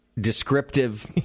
descriptive